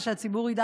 כדי שהציבור ידע,